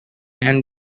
and